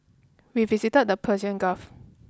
we visited the Persian Gulf